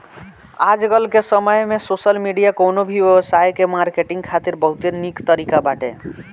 आजकाल के समय में सोशल मीडिया कवनो भी व्यवसाय के मार्केटिंग खातिर बहुते निक तरीका बाटे